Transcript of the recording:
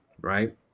right